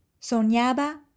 Soñaba